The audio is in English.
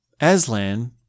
Aslan